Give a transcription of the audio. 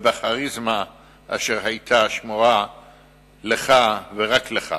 ובכריזמה שהיתה שמורה לך ורק לך.